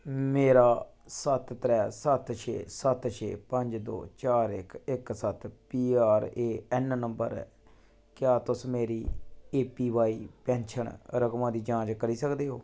मेरा सत त्रै सत छे सत छे पंज दो चार इक इक सत्त P R A N number ऐ क्या तुस मेरी ए पी वाई पैन्शन रकमा दी जांच करी सकदे ओ